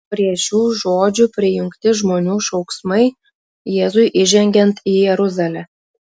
prie šių žodžių prijungti žmonių šauksmai jėzui įžengiant į jeruzalę